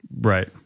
right